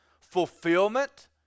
fulfillment